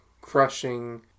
crushing